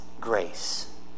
grace